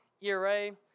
ERA